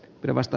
pylvästä